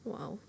Wow